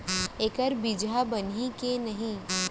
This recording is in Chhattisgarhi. एखर बीजहा बनही के नहीं?